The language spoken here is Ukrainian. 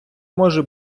може